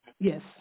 yes